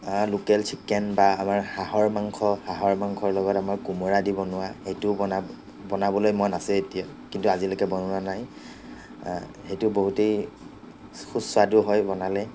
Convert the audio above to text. local chicken বা আমাৰ হাঁহৰ মাংস হাঁহৰ মাংসৰ লগত আমাৰ কোমোৰা দি বনোৱা সেইটোও বনা বনাবলৈ মন আছে এতিয়া কিন্তু আজিলৈকে বনোৱা নাই সেইটো বহুতেই সুস্বাদু হয় বনালে